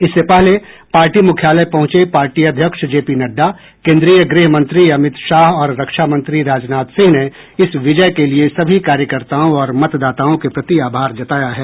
इससे पहले पार्टी मुख्यालय पहुंचे पार्टी अध्यक्ष जेपी नड्डा केन्द्रीय गृह मंत्री अमित शाह और रक्षा मंत्री राजनाथ सिंह ने इस विजय के लिये सभी कार्यकर्ताओं और मतदाताओं के प्रति आभार जताया है